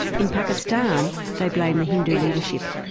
in pakistan they blame the hindu leadership,